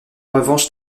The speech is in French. revanche